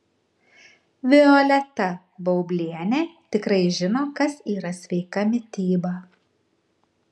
violeta baublienė tikrai žino kas yra sveika mityba